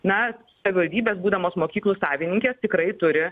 na savivaldybės būdamos mokyklų savininkės tikrai turi